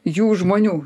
jų žmonių